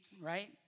right